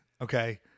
Okay